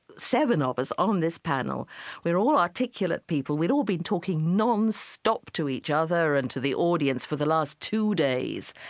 seven of us on this panel we're all articulate people, we'd all been talking nonstop to each other and to the audience for the last two days.